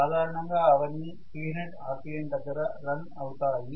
సాధారణంగా అవన్నీ 3000 RPM దగ్గర రన్ అవుతాయి